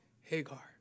Hagar